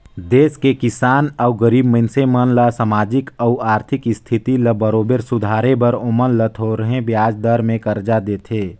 देस के किसान अउ गरीब मइनसे मन ल सामाजिक अउ आरथिक इस्थिति ल बरोबर सुधारे बर ओमन ल थो रहें बियाज दर में करजा देथे